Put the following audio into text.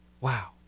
Wow